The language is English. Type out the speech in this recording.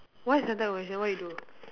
why suntec convention what you do